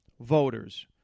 voters